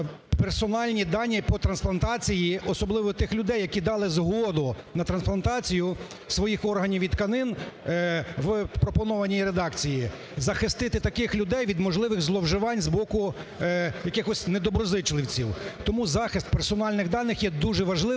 персональні дані по трансплантації, особливо тих людей, які дали згоду на трансплантацію своїх органів і тканин в пропонованій редакції, захистити таких людей від можливих зловживань з боку якихось недоброзичливців. Тому захист персональних даних є дуже важливим,